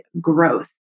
growth